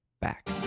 back